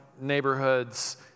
neighborhoods